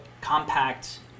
compact